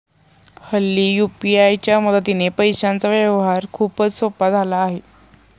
हल्ली यू.पी.आय च्या मदतीने पैशांचा व्यवहार खूपच सोपा झाला आहे